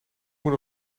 moet